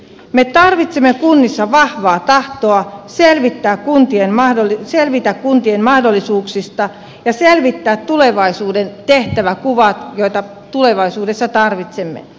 me tarvitsemme kunnissa vahvaa tahtoa selvitä kuntien mahdollisuuksista ja selvittää tulevaisuuden tehtävänkuvat joita tulevaisuudessa tarvitsemme